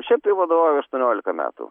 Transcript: šiaip tai vadovauju aštuoniolika metų